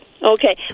Okay